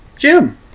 Jim